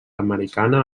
americana